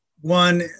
One